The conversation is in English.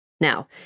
Now